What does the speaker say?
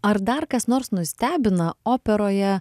ar dar kas nors nustebina operoje